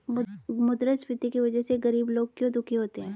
मुद्रास्फीति की वजह से गरीब लोग क्यों दुखी होते हैं?